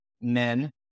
men